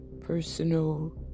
personal